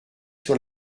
sur